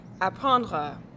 apprendre